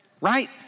right